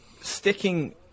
sticking